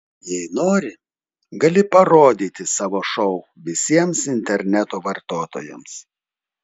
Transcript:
jei nori gali parodyti savo šou visiems interneto vartotojams